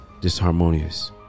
disharmonious